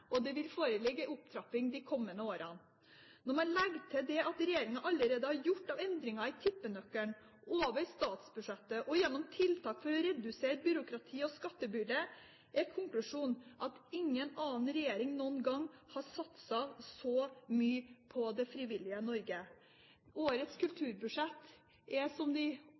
og det vil foreligge en opptrapping de kommende årene. Når man legger til det regjeringen allerede har gjort av endringer i tippenøkkelen over statsbudsjettet og gjennom tiltak for å redusere byråkrati og skattebyrde, er konklusjonen at ingen annen regjering noen gang har satset så mye på det frivillige Norge. Årets kulturbudsjett er som de